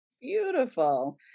Beautiful